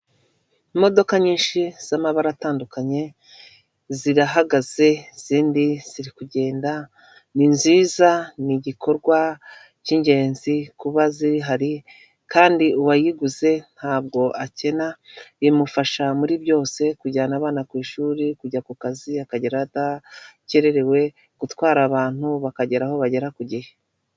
Imodoka nyinshi z'amabara atandukanye zirahagaze, izindi ziri kugenda ni nziza, ni igikorwa cy'ingenzi kuba zihari kandi uwayiguze ntabwo akena imufasha muri byose, kujyana abana ku ishuri, kujya ku kazi akagerayo adakererewe, gutwara abantu bakagera aho bagera ku gihe.